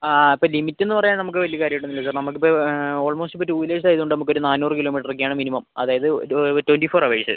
ആ ആ അപ്പം ലിമിറ്റിന്ന് പറയാൻ നമുക്ക് വലിയ കാര്യം ആയിട്ട് ഒന്നും ഇല്ലല്ലൊ നമ്മക്ക് ഇപ്പം ഓൾമോസ്റ്റ് ഇപ്പം ടു വീലേഴ്സ് ആയത് കൊണ്ട് നമുക്ക് ഒര് നാനൂറ് കിലോമീറ്റർ ഒക്കെ ആണ് മിനിമം അതായത് ട്വൻറ്റി ഫോർ ഹവേഴ്സ്